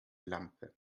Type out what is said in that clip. lampe